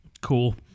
Cool